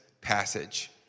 passage